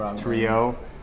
trio